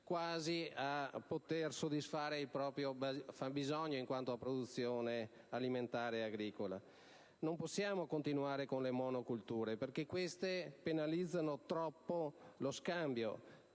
Non possiamo continuare con le monocolture, perché queste penalizzano ulteriormente lo scambio